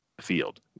field